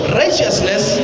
righteousness